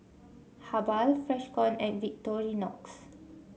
Habhal Freshkon and Victorinox